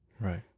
Right